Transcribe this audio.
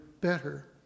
better